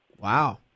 Wow